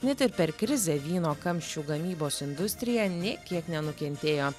net ir per krizę vyno kamščių gamybos industrija nė kiek nenukentėjo